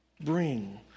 Bring